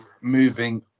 moving